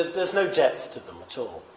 there's no depth to them at all.